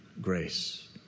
grace